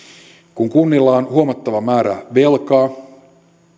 kun kunnilla on huomattava määrä velkaa